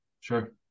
Sure